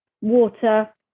water